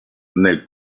nel